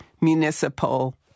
municipal